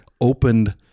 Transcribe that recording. opened